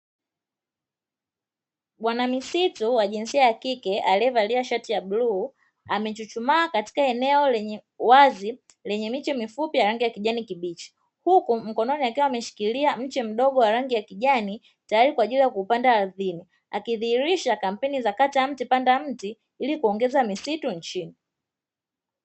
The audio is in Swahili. Bwana misitu wa jinsia ya kike aliyevalia shati ya buluu, amechuchumaa katika eneo lenye uwazi lenye miche mifupi ya rangi ya kijani kibichi huku mkononi akiwa ameshikilia mche mdogo wa rangi ya kijani, tayari kwa kuupanda ardhini. Akidhihirisha kampeni za kata mti panda mti ili kuongeza misitu nchini.